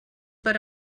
per